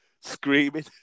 screaming